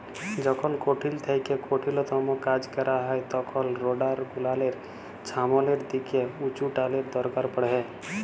যখল কঠিল থ্যাইকে কঠিলতম কাজ ক্যরা হ্যয় তখল রোডার গুলালের ছামলের দিকে উঁচুটালের দরকার পড়হে